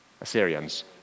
Assyrians